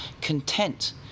content